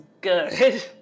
good